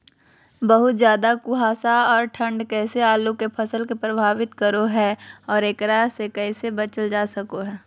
बहुत ज्यादा कुहासा और ठंड कैसे आलु के फसल के प्रभावित करो है और एकरा से कैसे बचल जा सको है?